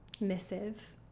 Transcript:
missive